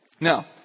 now